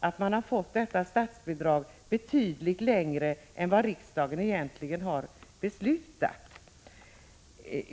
De har ju fått detta statsbidrag under betydligt längre tid än vad riksdagen beslöt.